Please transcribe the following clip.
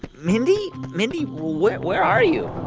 mindy? mindy, where where are you?